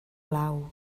blau